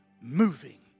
moving